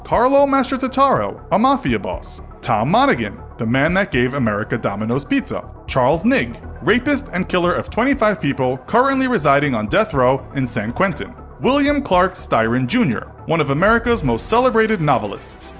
carlo mastrototaro, a mafia boss. tom monaghan, the man that gave america domino's pizza. charles ng, rapist and killer of twenty five people currently residing on death row in san quentin. william clark styron jr, one of america's most celebrated novelists.